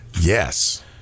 Yes